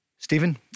Stephen